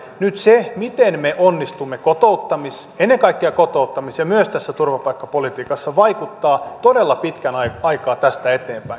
nyt se miten me onnistumme ennen kaikkea kotouttamis ja myös tässä turvapaikkapolitiikassa vaikuttaa todella pitkän aikaa tästä eteenpäin yli hallituskausien